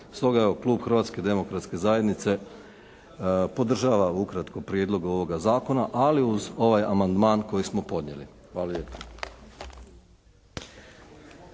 Stoga evo, klub Hrvatske demokratske zajednice podržava evo ukratko prijedlog ovoga zakona, ali uz ovaj amandman koji smo podnijeli. Hvala